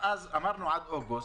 אז אמרנו: עד אוגוסט,